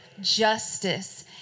Justice